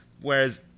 Whereas